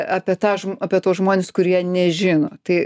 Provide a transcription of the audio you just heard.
apie tą ž apie tuos žmones kurie nežino tai